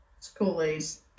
schoolies